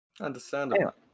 Understandable